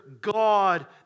God